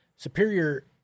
Superior